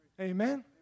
Amen